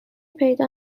پیدا